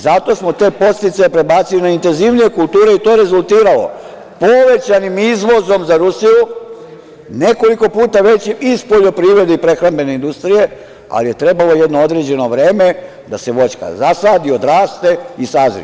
Zato smo te podsticaje prebacili na intenzivnije kulture i to je rezultiralo povećanim izvozom za Rusiju, nekoliko puta većim, iz poljoprivrede i prehrambene industrije, ali je trebalo jedno određeno vreme da se voćka zasadi, odraste i sazri.